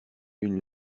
une